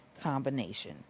combination